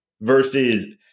versus